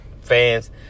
fans